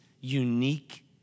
unique